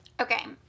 Okay